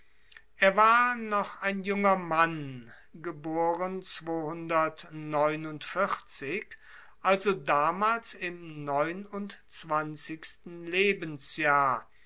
er war noch ein junger mann geboren also damals im neunundzwanzigsten lebensjahr